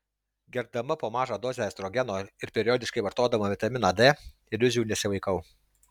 gerdama po mažą dozę estrogeno ir periodiškai vartodama vitaminą d iliuzijų nesivaikau